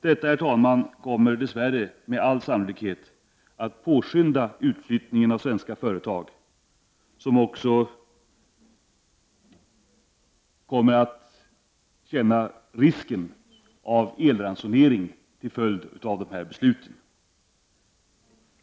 Detta, herr talman, kommer dess värre med all sannolikhet att påskynda utflyttningen av svenska företag, vilka också kommer att känna risken av elransonering till följd av dessa beslut.